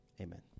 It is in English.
Amen